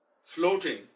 floating